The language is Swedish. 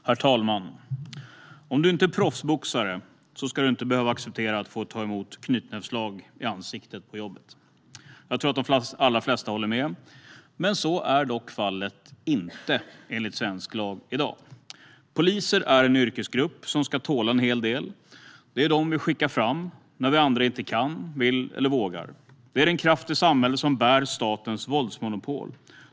Herr talman! Om du inte är proffsboxare ska du inte behöva acceptera att få ta emot knytnävsslag i ansiktet på jobbet - jag tror att de allra flesta håller med. Så är dock inte fallet enligt svensk lag i dag. Poliser är en yrkesgrupp som ska tåla en hel del. Det är dem vi skickar fram när vi andra inte kan, vill eller vågar. Det är den kraft i samhället som bär statens våldsmonopol.